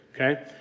okay